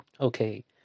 Okay